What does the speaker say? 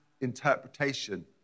interpretation